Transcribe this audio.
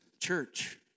church